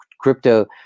crypto